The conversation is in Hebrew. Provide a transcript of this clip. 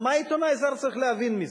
מה עיתונאי זר צריך להבין מזה?